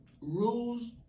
rules